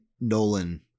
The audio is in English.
Nolan